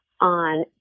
on